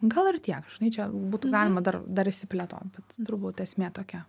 gal ir tiek žinai čia būtų galima dar dar išsiplėtot bet turbūt esmė tokia